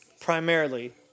primarily